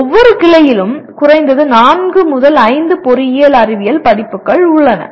ஒவ்வொரு கிளையிலும் குறைந்தது 4 5 பொறியியல் அறிவியல் படிப்புகள் உள்ளன